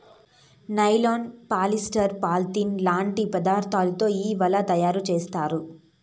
nylon, polyester, polyethylene లాంటి పదార్థాలతో ఈ వలలను తయారుచేత్తారు